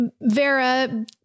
Vera